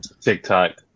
TikTok